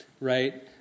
right